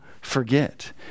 forget